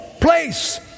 place